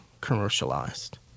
commercialized